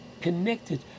connected